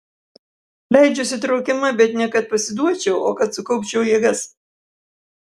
leidžiuosi traukiama bet ne kad pasiduočiau o kad sukaupčiau jėgas